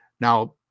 Now